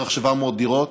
בערך 700 דירות.